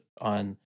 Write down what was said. on